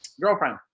girlfriend